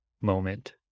moment